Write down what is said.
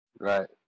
Right